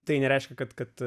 tai nereiškia kad kad